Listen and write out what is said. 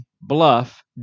bluff